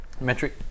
Metric